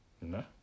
No